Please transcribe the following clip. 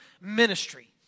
ministry